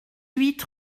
huit